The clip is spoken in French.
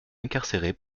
incarcérée